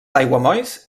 aiguamolls